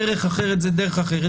דרך אחרת היא דרך אחרת,